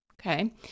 okay